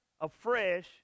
afresh